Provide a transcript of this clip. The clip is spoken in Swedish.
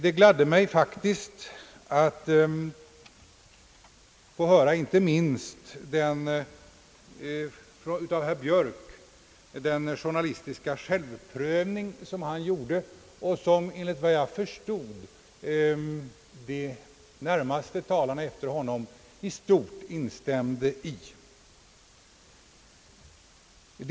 Det gladde mig mycket att få höra den journalistiska självprövning, som herr Björk gjorde, och som enligt vad jag förstod de närmaste talarna efter honom i stort instämde i.